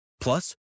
Plus